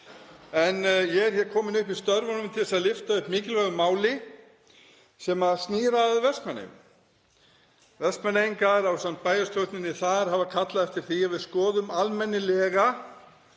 en ég er hér kominn upp í störfunum til að lyfta upp mikilvægu máli sem snýr að Vestmannaeyjum. Vestmannaeyingar, ásamt bæjarstjórninni þar, hafa kallað eftir því að við skoðum almennilega